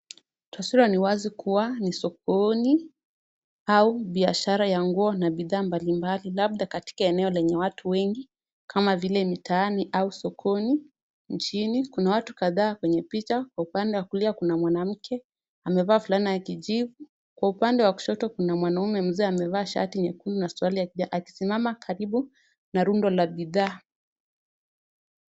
Taswira ni wazi kuwa ni sokoni, au biashara ya nguo na bidhaa mbalimbali labda kwenye eneo lenye watu wengi kama vile mitaani au sokoni nchini. Kuna watu kadhaa kwenye picha. Kwa upande wa kulia kuna mwanamke. Amevaa fulana ya kijivu. Kwa upande wa kushoyto kuna mwanaume mzee amevaa shati ya jekundu na suruali ya kijani akisimama karibu na rundo la bidhaa.